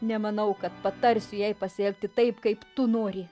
nemanau kad patarsiu jai pasielgti taip kaip tu nori